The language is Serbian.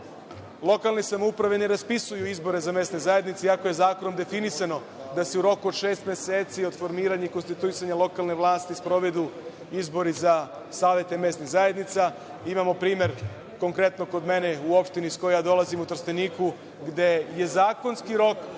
lokalne samouprave ne raspisuju izbore za mesne zajednice, iako je zakonom definisano da se u roku od šest meseci, od formiranja i konstituisanja lokalne vlasti, sprovedu izbori sa savete mesnih zajednica. Imamo primer, konkretno kod mene, u opštini Trstenik gde je zakonski rok